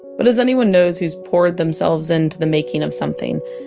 but as anyone knows who's poured themselves into the making of something,